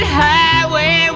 highway